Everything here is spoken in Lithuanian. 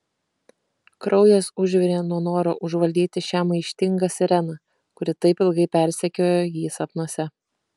kraujas užvirė nuo noro užvaldyti šią maištingą sireną kuri taip ilgai persekiojo jį sapnuose